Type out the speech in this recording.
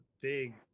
big